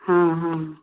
हाँ हाँ